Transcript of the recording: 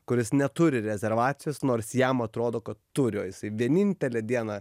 kuris neturi rezervacijos nors jam atrodo kad turi vienintelę dieną